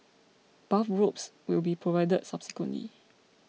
bathrobes will be provided subsequently